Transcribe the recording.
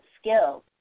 skills